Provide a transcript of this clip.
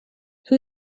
who